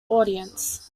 audience